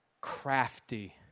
crafty